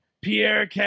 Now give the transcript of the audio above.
Pierre